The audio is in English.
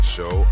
Show